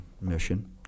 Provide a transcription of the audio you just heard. mission